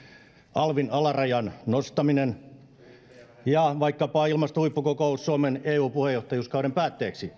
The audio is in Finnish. alvin alarajan nostaminen ja vaikkapa ilmastohuippukokous suomen eu puheenjohtajuuskauden päätteeksi